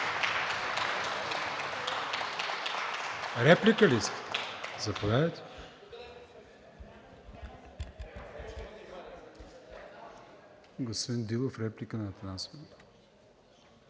Реплика ли искате? Заповядайте. Господин Дилов, реплика на госпожа